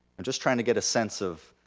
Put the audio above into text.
i'm just trying to get a sense of,